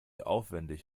aufwendig